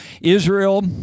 Israel